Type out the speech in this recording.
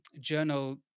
journal